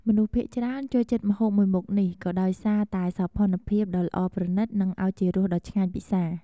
មនុស្សភាគច្រើនចូលចិត្តម្ហូបមួយមុខនេះ ក៏ដោយសារតែសោភណ្ឌភាពដ៏ល្អប្រណីត និងឱជារសដ៏ឆ្ងាញ់ពិសារ។